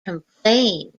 complained